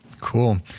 Cool